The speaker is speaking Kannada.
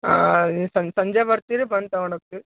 ಹಾಂ ಸಂಜೆ ಬರ್ತೀವಿ ರೀ ಬಂದು ತಗೊಂಡು ಹೋಗ್ತೀವ್